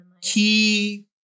key